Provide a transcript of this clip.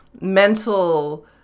mental